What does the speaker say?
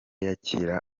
yakira